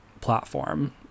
platform